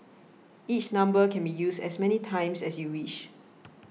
each number can be used as many times as you wish